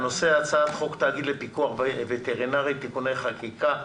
על סדר היום הצעת חוק התאגיד לפיקוח וטרינרי (תיקוני חקיקה),